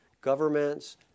governments